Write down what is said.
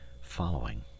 following